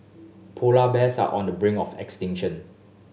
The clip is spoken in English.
polar bears are on the brink of extinction